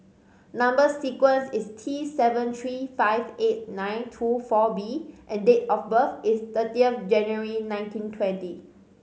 number sequence is T seven three five eight nine two four B and date of birth is thirty of January nineteen twenty